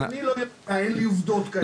אז אני לא יודע, אין לי עובדות כאלה.